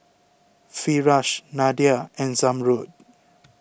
Firash Nadia and Zamrud